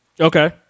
Okay